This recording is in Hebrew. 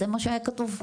זה מה שהיה כתוב.